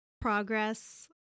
progress